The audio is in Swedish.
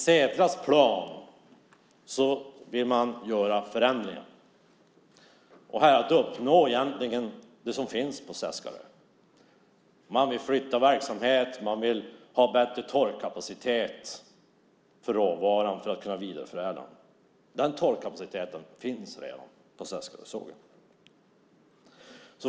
Setra planerar att göra förändringar för att uppnå det som egentligen redan finns på Seskarö. Man vill flytta verksamhet och ha bättre torkkapacitet för råvaran för att kunna vidareförädla den. Men den torkkapaciteten finns redan på Seskarösågen.